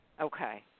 Okay